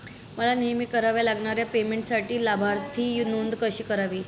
मला नेहमी कराव्या लागणाऱ्या पेमेंटसाठी लाभार्थी नोंद कशी करावी?